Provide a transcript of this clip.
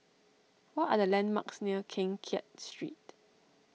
what are the landmarks near Keng Kiat Street